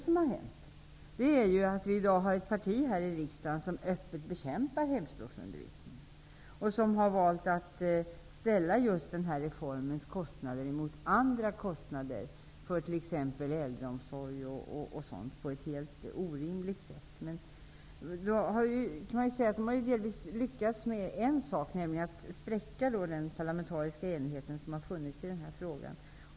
Vi har nu ett parti som öppet bekämpar hemspråksundervisningen och som, på ett helt orimligt sätt, har ställt den här reformens kostnader mot andra kostnader, såsom äldreomsorgens etc. De har delvis lyckats i ett avseende, nämligen att med spräcka den parlamentariska enigheten i denna fråga.